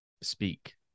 speak